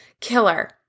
killer